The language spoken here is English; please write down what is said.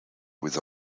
with